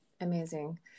Amazing